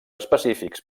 específics